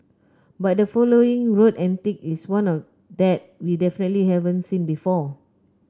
but the following road antic is one of that we definitely haven't seen before